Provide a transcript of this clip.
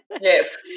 Yes